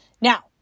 Now